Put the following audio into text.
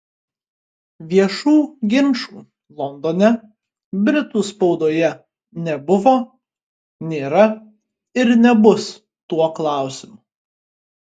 viešų ginčų londone britų spaudoje nebuvo nėra ir nebus tuo klausimu